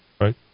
right